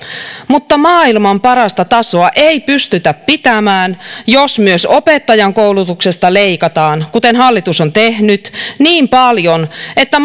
mutta maailman parasta tasoa ei pystytä pitämään jos myös opettajankoulutuksesta leikataan kuten hallitus on tehnyt niin paljon että